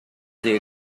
the